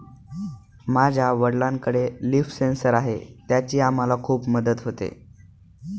माझ्या वडिलांकडे leaf sensor आहे त्याची आम्हाला खूप मदत होते